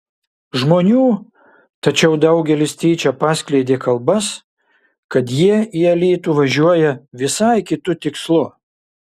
žmonių tačiau daugeliui tyčia paskleidė kalbas kad jie į alytų važiuoja visai kitu tikslu